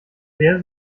sehr